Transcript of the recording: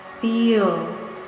Feel